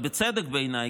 ובצדק בעיניי,